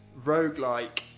roguelike